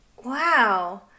Wow